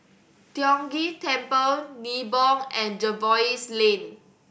Tiong Ghee Temple Nibong and Jervois Lane